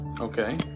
Okay